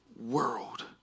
world